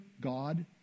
God